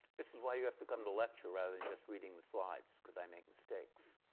this is why you have to come to lecture rather than just reading the slides, because i make mistakes.